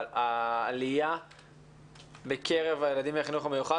אבל העלייה בקרב הילדים לחינוך המיוחד